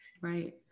right